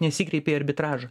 nesikreipė į arbitražą